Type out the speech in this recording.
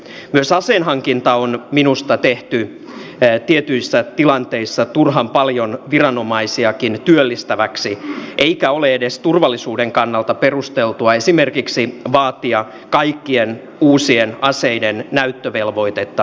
myös aseen hankinta on minusta tehty tietyissä tilanteissa turhan paljon viranomaisiakin työllistäväksi eikä ole edes turvallisuuden kannalta perusteltua esimerkiksi vaatia kaikkien uusien aseiden näyttövelvoitetta poliisille